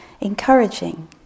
encouraging